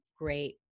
great